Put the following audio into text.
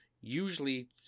Usually